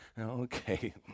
okay